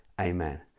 Amen